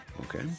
Okay